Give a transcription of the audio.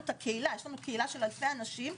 את הקהילה יש לנו קהילה של אלפי אנשים.